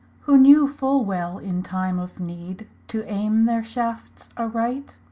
who knew full well in time of neede to ayme their shafts arright.